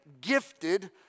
gifted